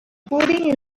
pudding